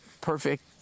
perfect